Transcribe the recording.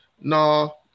no